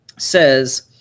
says